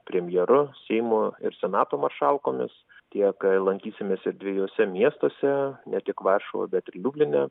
premjeru seimo ir senato maršalkomis tiek lankysimės ir dviejuose miestuose ne tik varšuvoje bet ir liubline